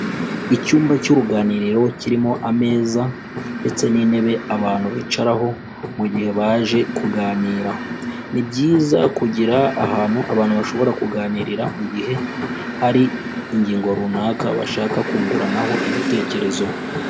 Icyumba cy'uruganiriro kirimo ameza ndetse n'intebe abantu bicaraho mu gihe baje kuganira. Ni byiza kugira ahantu abantu bashobora kuganirira mu gihe hari ingingo runaka bashaka kunguranaho ibitekerezo.